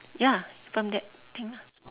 ya from that thing